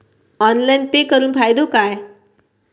Online pay करुन फायदो काय?